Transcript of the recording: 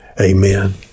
Amen